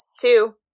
two